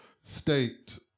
state